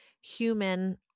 human